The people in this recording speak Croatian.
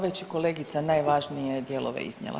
Već je kolegica najvažnije dijelove iznijela.